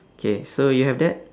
okay so you have that